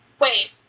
wait